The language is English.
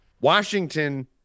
Washington